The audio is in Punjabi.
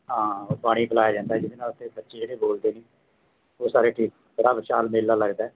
ਹਾਂ ਉਹ ਪਾਣੀ ਪਿਲਾਇਆ ਜਾਂਦਾ ਜਿਹਦੇ ਨਾਲ ਤੇ ਬੱਚੇ ਜਿਹੜੇ ਬੋਲਦੇ ਨਹੀਂ ਉਹ ਸਾਰੇ ਠੀਕ ਬੜਾ ਵਿਸ਼ਾਲ ਮੇਲਾ ਲੱਗਦਾ